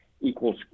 equals